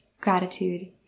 gratitude